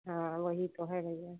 हाँ वही तो है भैया